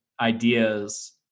ideas